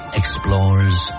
explorers